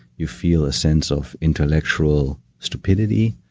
you feel a sense of intellectual stupidity.